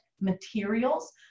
materials